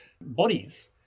bodies